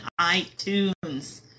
iTunes